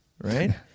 right